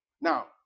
Now